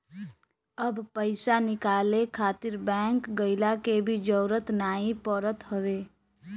अब पईसा निकाले खातिर बैंक गइला के भी जरुरत नाइ पड़त हवे